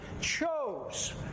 chose